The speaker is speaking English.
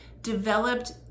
developed